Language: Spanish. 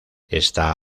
está